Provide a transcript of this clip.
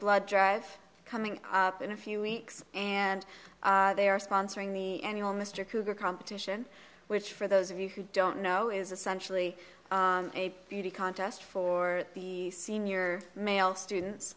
blood drive coming up in a few weeks and they are sponsoring the annual mr cougar competition which for those of you who don't know is essentially a beauty contest for the senior male students